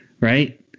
Right